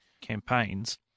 campaigns